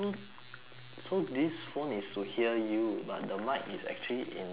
so this phone is to hear you but the mic is actually in work